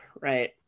right